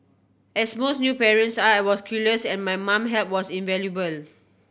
as most new parents are I was clueless and my mum help was invaluable